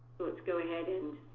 let's go ahead and